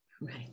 Right